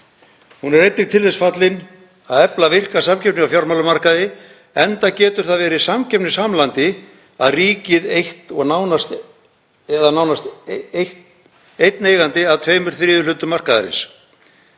Salan er einnig til þess fallin að efla virka samkeppni á fjármálamarkaði enda getur það verið samkeppnishamlandi að ríkið eitt, eða nánast eitt, sé eigandi að tveimur þriðju hlutum markaðarins.